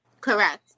Correct